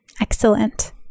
Excellent